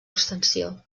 extensió